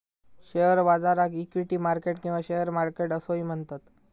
share बाजाराक equity market किंवा share market असोही म्हणतत